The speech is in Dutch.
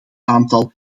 aantal